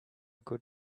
good